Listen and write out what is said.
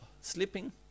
sleeping